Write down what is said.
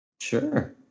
Sure